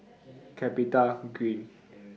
Capitagreen